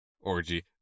orgy